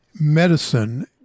Medicine